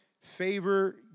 favor